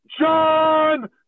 John